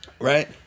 right